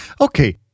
Okay